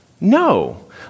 No